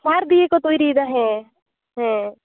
ᱥᱟᱨ ᱫᱤᱭᱮ ᱠᱚ ᱛᱳᱹᱭᱨᱤᱭᱮᱫᱟ ᱦᱮᱸ ᱦᱮᱸ